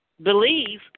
believe